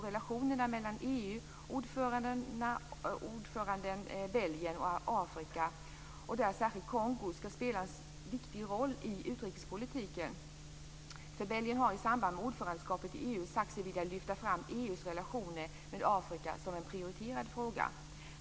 Relationerna mellan EU-ordförandelandet Belgien och Afrika, särskilt Kongo, ska spela en viktig roll i utrikespolitiken. Belgien har i samband med ordförandeskapet i EU sagt sig vilja lyfta fram EU:s relationer med Afrika som en prioriterad fråga.